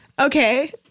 Okay